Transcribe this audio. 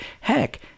Heck